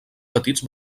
petits